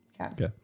Okay